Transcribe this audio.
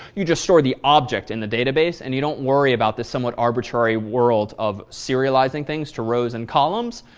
you just store the objects in the database and you don't worry about the somewhat arbitrary world of serializing things to rows and columns.